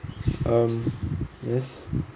um yes